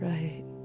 Right